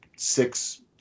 six